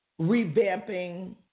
revamping